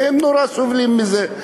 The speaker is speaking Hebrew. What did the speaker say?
הם נורא סובלים מזה.